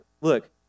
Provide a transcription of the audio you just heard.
look